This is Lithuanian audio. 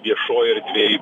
viešoj erdvėj